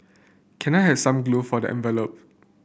can I have some glue for the envelope